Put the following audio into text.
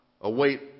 await